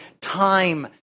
time